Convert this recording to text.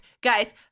Guys